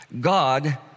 God